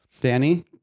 Danny